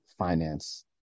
finance